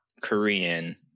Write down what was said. Korean